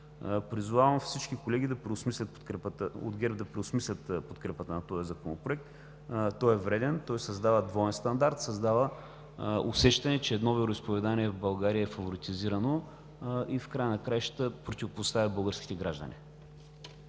Призовавам всички колеги от ГЕРБ да преосмислят подкрепата на този законопроект. Той е вреден и създава двоен стандарт, създава усещане, че едно вероизповедание в България е фаворитизирано и в края на краищата противопоставя българските граждани.